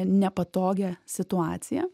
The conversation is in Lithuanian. nepatogią situaciją